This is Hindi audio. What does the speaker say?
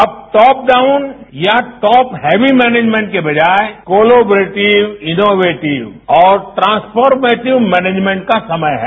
अब टॉप डाउन या टॉप हैवी मैनेजमेंट की बजाए कोलोब्रेटिव इनोवेटिव और ट्रासफोरमेर्टिव मैनेजमेंट का समय है